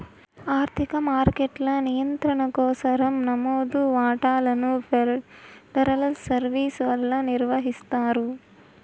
ఆర్థిక మార్కెట్ల నియంత్రణ కోసరం నమోదు వాటాలను ఫెడరల్ సర్వీస్ వల్ల నిర్వహిస్తారు